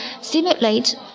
simulate